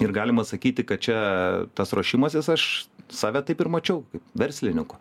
ir galima sakyti kad čia tas ruošimasis aš save taip ir mačiau kaip verslininku